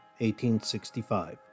1865